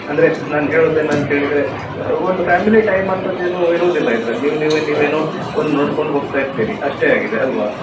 ಅಂದ್ರೆ ನಾನು ಹೇಳೋದೇನಂತಹೇಳಿದ್ರೆ ಒಂದು ಫ್ಯಾಮಿಲಿ ಟೈಮ್ ಅಂಥದ್ದೇನೂ ಇರುವುದಿಲ್ಲ ಇದ್ರಲ್ಲಿ ನೀವು ನೀವೇ ನೀವೇನೋ ಒಂದು ನೋಡ್ಕೊಂಡು ಹೋಗ್ತಾ ಇರ್ತೀರಿ ಅಷ್ಟೇ ಆಗಿದೆ ಅಲ್ವ